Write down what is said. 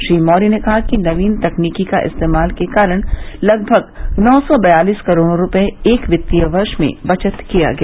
श्री मौर्य ने कहा कि नवीन तकनीकी का इस्तेमाल के कारण लगभग नौ सौ बयालीस करोड़ रूपये एक वित्तीय वर्ष में बचत किया गया